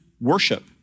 worship